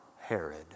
Herod